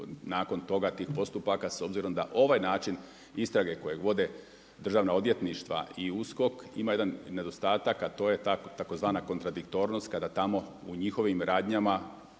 nakon toga tih postupaka s obzirom da ovaj način istrage koje vode državna odvjetništva i USKOK ima jedan nedostatak, a to je tzv. kontradiktornost kada tamo u njihovim radnjama